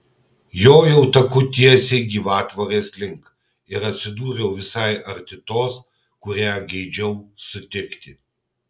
jojau taku tiesiai gyvatvorės link ir atsidūriau visai arti tos kurią geidžiau sutikti